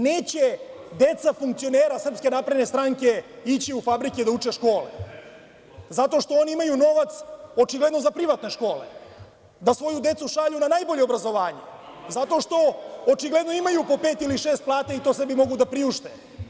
Neće deca funkcionera SNS ići u fabrike da uče škole zato što oni imaju novac, očigledno za privatne škole, da svoju decu šalju na najbolje obrazovanje zato što, očigledno, imaju po pet ili šest plata i to sebi mogu da priušte.